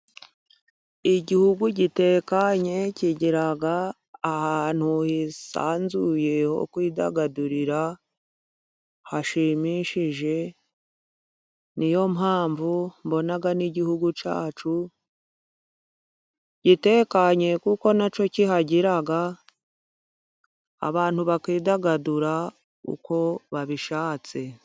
Igihugu gitekanye kigira ahantu hisanzuye ho kudagadurira hashimishije. Niyo mpamvu mbona n'igihugu cyacu gitekanye kuko nacyo kihagira. Abantu bakidagadura uko babishatse.